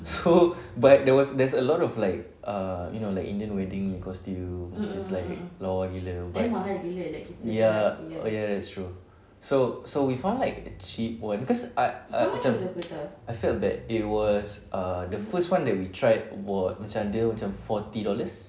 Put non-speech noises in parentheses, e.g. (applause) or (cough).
so (laughs) but there was there's a lot of like err you know like indian wedding costume which is like lawa gila but ya oh ya that's true so so we found like a cheap one cause like I I macam (noise) I felt that it was err the first one that we tried was macam dia macam forty dollars